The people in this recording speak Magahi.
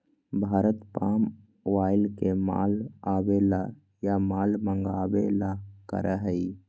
भारत पाम ऑयल के माल आवे ला या माल मंगावे ला करा हई